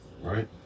Right